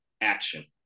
action